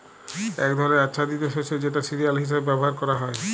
এক ধরলের আচ্ছাদিত শস্য যেটা সিরিয়াল হিসেবে ব্যবহার ক্যরা হ্যয়